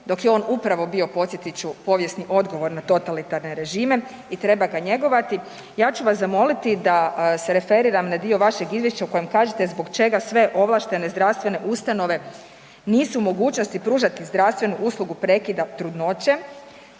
dok je on upravio bio podsjetit ću, povijesno odgovor na totalitarne režime i treba ga njegovati, ja ću vas zamoliti da se referiram na dio vašeg izvješća u kojem kažete zbog čega sve ovlaštene zdravstvene ustanove nisu u mogućnosti pružati zdravstvenu uslugu prekida trudnoće